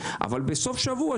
אבל בסוף השבוע,